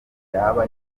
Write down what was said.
yaba